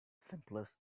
simplest